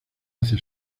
hace